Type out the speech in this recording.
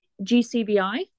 GCBI